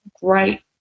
great